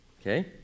okay